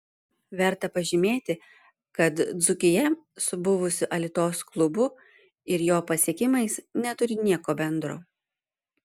verta pažymėti kad dzūkija su buvusiu alitos klubu ir jo pasiekimais neturi nieko bendro